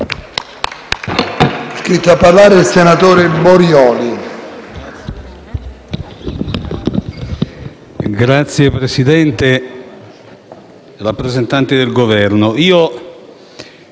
Signor Presidente, rappresentanti del Governo,